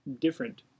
different